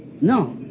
No